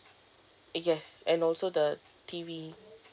yes and also the T_V